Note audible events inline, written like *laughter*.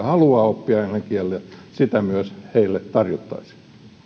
*unintelligible* haluaa oppia englannin kielen sitä hänelle myös tarjottaisiin